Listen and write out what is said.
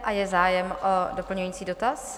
A je zájem o doplňující dotaz?